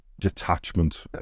detachment